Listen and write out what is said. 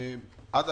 עד